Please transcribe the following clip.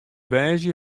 woansdei